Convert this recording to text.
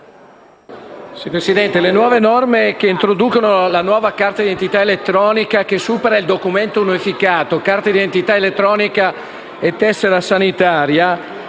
Presidente, le nuove norme che introducono la nuova carta di identità elettronica, che supera il documento unificato (carta identità elettronica e tessera sanitaria),